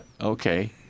okay